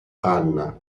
anna